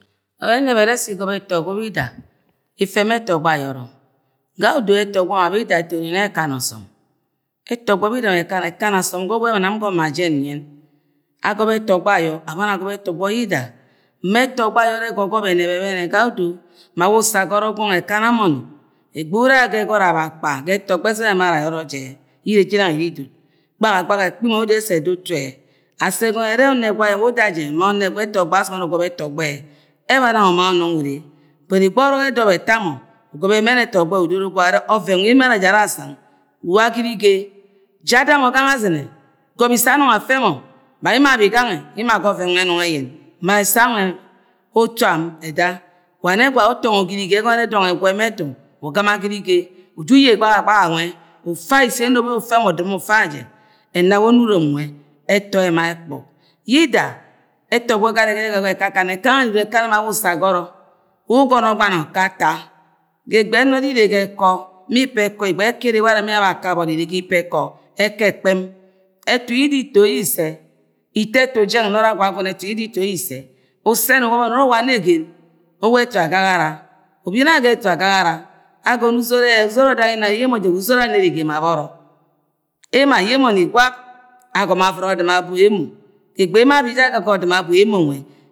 Wang nwe ena eneb ere se igobo eto ogbo yida, ife ma eto ogbo ayoro ga ye odo eto ogbo nwe bi da eto ni ne ekana esom, eto ogba bida ekana ekana ekana asom ga obok ye ma nam ngomo ma jen nyen agobo eto ogbo ayo aboni agobo eto ogbo yida me eto ogbo ayono egogobo eneb ebene ga odo ma we uso agore jiniong ekane moni egbe ura ga egoy-re-abakpa gu eto ogbo ine jinang iri idot gbahagbaha ekpi mo ye odo ese eda ntu ye asi egono ere one gwa-e-nwe uda je eba nang uma unung ure but egbe orok edop efa mo, ugoba emen eto ogbo-e- udoro guea-je ure oven nule emo are je ara sang ula girige ja adamo yangnwe azine gobo ise anung afemo ma emo abi gang nwe emo agbe oven nwe enung eyen ma ese anwe uto am eda wa ne gwa-e utongo girige ye egono ere dọngo egwu ema etu ugɨ̃ma girige uju uye gbahagbaha nwe ufa-a ise enobo ye ufemo udɨ̃me ufe aje ena we onimom nwe eto-e ema ekpuk yida eto ogbo garigari ere akakana, ekanami ekana ma ule uso agoro we ugomo ogban okata ga egbe noro ine goi eko mi ipa eko ga egbe eto ere ma ga eko mi ipa eko ga egbe eko ere ma abe ake woro ibomi ene ga ipe eko eko ekpen etu yida ito ye ise ito ye ise use ni uwoboni uwa amegen uwa etu agagara ubi ni aga etu agagara ogono uzod odog inna ye eye nne je wa uzod anom igem abuo emo aye moni gulap agome avɨ̃ra odum abu emo egbe emo abi ja ga odum abu emo.